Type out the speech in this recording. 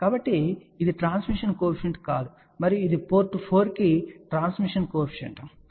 కాబట్టి ఇది transmission coefficient కాదు మరియు ఇది పోర్ట్ 4 కి ట్రాన్స్మిషన్ కోఎఫీషియంట్